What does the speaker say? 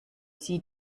sie